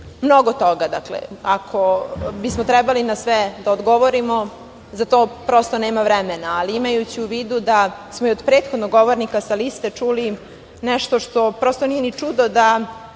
mnogo toga. Ako bismo trebali na sve da odgovorimo, za to prosto nema vremena, ali imajući u vidu da smo od prethodnog govornika sa liste čuli nešto što prosto nije ni čudo da